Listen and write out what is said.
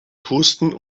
pusten